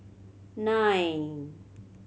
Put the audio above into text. nine